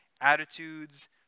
attitudes